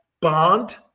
bond